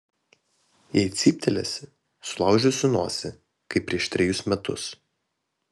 jei cyptelėsi sulaužysiu nosį kaip prieš trejus metus